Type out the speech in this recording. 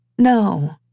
No